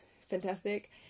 fantastic